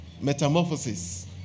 metamorphosis